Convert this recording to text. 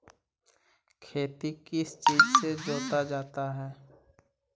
खेती किस चीज से जोता जाता है?